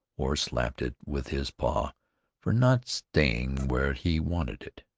or slapped it with his paw for not staying where he wanted it.